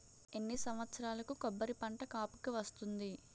ఎన్ని సంవత్సరాలకు కొబ్బరి పంట కాపుకి వస్తుంది?